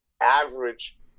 average